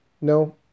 No